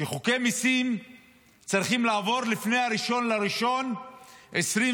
כי חוקי מיסים צריכים לעבור לפני 1 בינואר 2025 בשביל